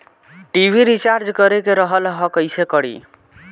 TV recharge करे के रहल ह कइसे करी?